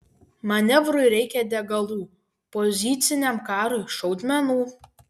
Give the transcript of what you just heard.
manevrui reikia degalų poziciniam karui šaudmenų